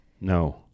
No